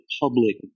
public